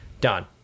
Done